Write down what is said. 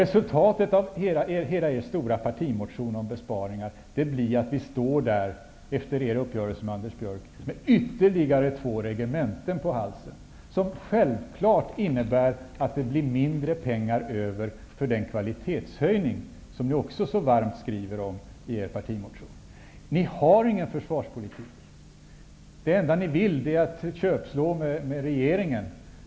Resultatet av hela er stora partimotion om besparingar blir att vi efter er uppgörelse med Anders Björck står med ytterligare två regementen på halsen. Det innebär självfallet att det blir mindre pengar över för den kvalitetshöjning som ni så varmt skriver om i er partimotion. Ni har ingen försvarspolitik. Det enda ni vill är att köpslå med regeringen.